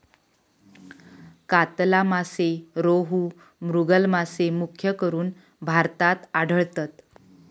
कातला मासे, रोहू, मृगल मासे मुख्यकरून भारतात आढळतत